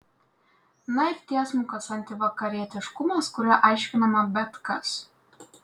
na ir tiesmukas antivakarietiškumas kuriuo aiškinama bet kas